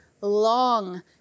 long